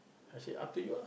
I say up to you lah